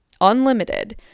unlimited